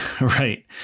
Right